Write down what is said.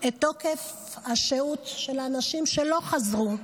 את תוקף השהות של האנשים שלא חזרו,